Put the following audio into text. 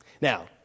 Now